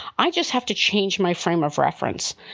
i just have to change my frame of reference.